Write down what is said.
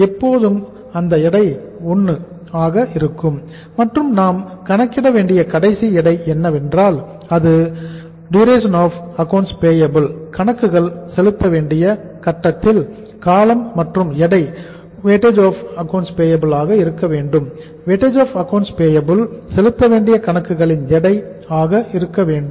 எனவே எப்போதும் அந்த எடை1 ஆக இருக்கும் மற்றும் நாம் கணக்கிட வேண்டிய கடைசி எடை என்னவென்றால் அது DAP அதாவது கணக்குகள் செலுத்த வேண்டிய கட்டத்தில் காலம் மற்றும் எடை WAP ஆக இருக்க வேண்டும் வெயிட்ஏஜ் ஆஃப் அக்கவுண்ட்ஸ் பேயபிள் அதாவது செலுத்த வேண்டிய கணக்குகளின் எடை ஆக இருக்க வேண்டும்